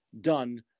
done